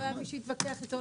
לא היה מי שיתווכח איתו,